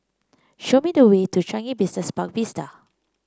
show me the way to Changi Business Park Vista